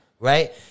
right